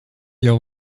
jau